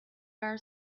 are